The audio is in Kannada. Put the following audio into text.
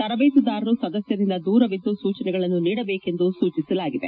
ತರಬೇತುದಾರರು ಸದಸ್ಕರಿಂದ ದೂರವಿದ್ದು ಸೂಚನೆಗಳನ್ನು ನೀಡಬೇಕು ಎಂದು ಸೂಚಿಸಲಾಗಿದೆ